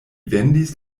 vendis